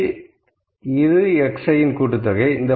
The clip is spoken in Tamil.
இது xiஇன் கூட்டுத்தொகை